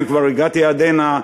אם כבר הגעתי עד הנה,